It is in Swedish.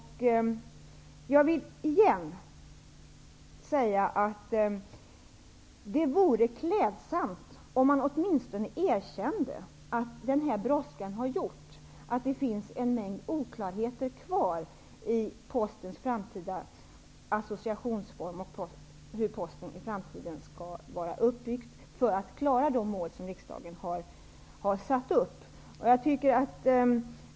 Jag vill återigen säga att det vore klädsamt om han åtminstone erkände att brådskan har gjort att det finns en mängd oklarheter kvar i Postens framtida associationsform och i frågan om hur Posten i framtiden skall vara uppbyggd för att klara de mål som riksdagen har satt upp.